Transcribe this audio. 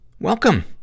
Welcome